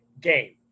game